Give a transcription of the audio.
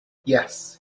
yes